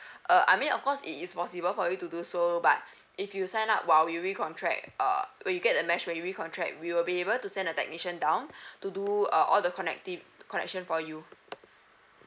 uh I mean of course it it's possible for you to do so but if you sign up while we recontract uh when you get the mesh when you recontract we will be able to send a technician down to do uh all the connecti~ connection for you